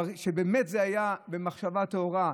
שבאמת זה היה במחשבה טהורה,